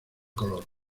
color